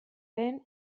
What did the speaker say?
den